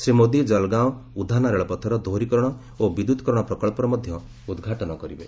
ଶ୍ରୀ ମୋଦି ଜଲ୍ଗାଓଁ ଉଧାନା ରେଳପଥର ଦୋହରିକରଣ ଓ ବିଦ୍ୟୁତିକରଣ ପ୍ରକଳ୍ପର ମଧ୍ୟ ଉଦ୍ଘାଟନ କରିବେ